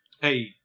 Hey